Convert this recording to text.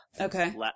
Okay